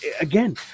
again